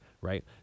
right